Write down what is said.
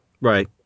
Right